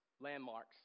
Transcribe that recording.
landmarks